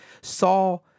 saw